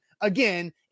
again